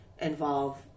involve